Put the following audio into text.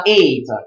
eight